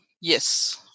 yes